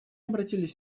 обратились